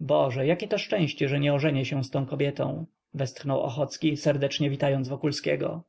boże jakie szczęście że nie ożenię się z tą kobietą westchnął ochocki serdecznie witając wokulskiego